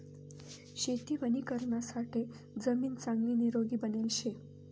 शेती वणीकरणासाठे जमीन चांगली निरोगी बनेल शे